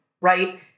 right